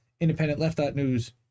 IndependentLeft.News